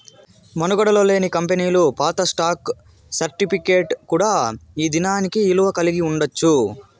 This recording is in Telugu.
మనుగడలో లేని కంపెనీలు పాత స్టాక్ సర్టిఫికేట్ కూడా ఈ దినానికి ఇలువ కలిగి ఉండచ్చు